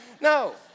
No